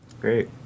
Great